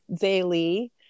Daily